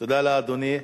תודה, אדוני.